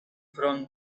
from